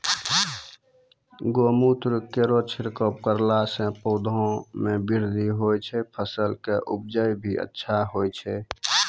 गौमूत्र केरो छिड़काव करला से पौधा मे बृद्धि होय छै फसल के उपजे भी अच्छा होय छै?